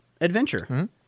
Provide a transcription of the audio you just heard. adventure